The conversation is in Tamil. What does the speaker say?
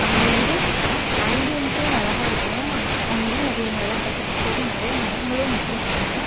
அங்கே வந்து ஆம்பியன்ஸே அழகாயிருக்கும் அன் அங்கேயும் அதே மாதிரி தான் பச்சை பசேர்னு நிறைய மரங்களும் நட்டுருப்பாங்க